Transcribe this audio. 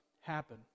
happen